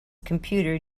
computer